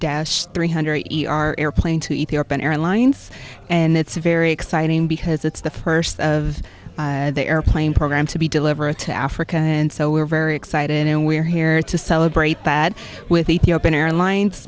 dash three hundred airplane to ethiopian airlines and it's a very exciting because it's the first of the airplane program to be deliver a to africa and so we're very excited and we're here to celebrate bad with ethiopian airlines